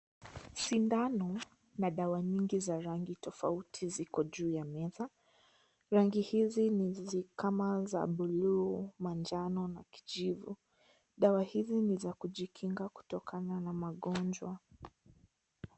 Sindano na dawa nyingi za rangi tofauti ziko juu ya meza rangi hizi ni kama za bluu manjano na kijivu dawa hizi ni za kujikinga kutokana na magonjwa.